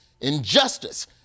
injustice